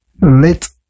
Let